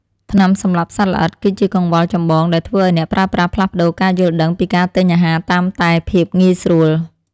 ថ្នាំសម្លាប់សត្វល្អិត គឺជាកង្វល់ចម្បងដែលធ្វើឱ្យអ្នកប្រើប្រាស់ផ្លាស់ប្តូរការយល់ដឹងពីការទិញអាហារតាមតែភាពងាយស្រួល។